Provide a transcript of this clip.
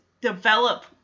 develop